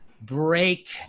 break